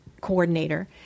coordinator